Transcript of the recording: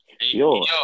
Yo